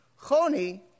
Choni